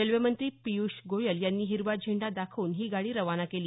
रेल्वेमंत्री पिय्ष गोयल यांनी हिरवा झेंडा दाखवून ही गाडी रवाना केली